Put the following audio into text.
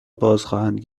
بازخواهند